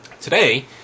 Today